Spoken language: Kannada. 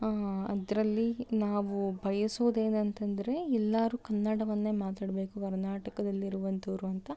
ಅದರಲ್ಲಿ ನಾವೂ ಬಯಸೋದು ಏನಂತಂದ್ರೆ ಎಲ್ಲರು ಕನ್ನಡವನ್ನೇ ಮಾತಾಡ್ಬೇಕು ಕರ್ನಾಟಕದಲ್ಲಿ ಇರುವಂಥವ್ರು ಅಂತ